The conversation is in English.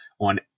on